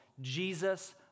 Jesus